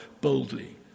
boldly